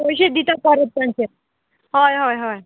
पयशे दिता परत तांचे हय हय हय